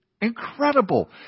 incredible